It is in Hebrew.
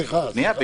סליחה.